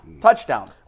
touchdown